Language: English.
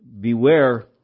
Beware